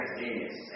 genius